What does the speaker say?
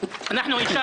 נמנעים,